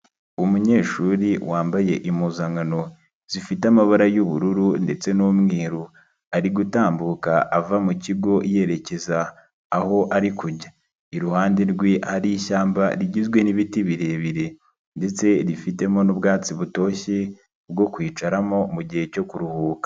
Umunyeshuri wambaye impuzankano zifite amabara y'ubururu ndetse n'umweru, arigutambuka ava mu kigo yerekeza aho ari kujya, iruhande rwe hari ishyamba rigizwe n'ibiti birebire ndetse rifitemo n'ubwatsi butoshye bwo kwicaramo mugihe cyo kuruhuka.